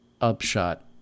upshot